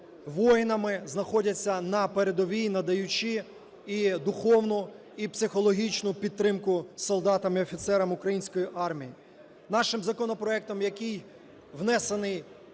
воїнами знаходяться на передовій, надаючи і духовну, і психологічну підтримку солдатам і офіцерам української армії. Нашим законопроектом, який внесений